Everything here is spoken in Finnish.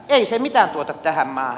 ei se mitään tuota tähän maahan